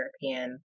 European